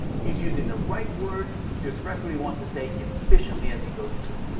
he's using the right words, to express what he wants to say efficiently as he goes through.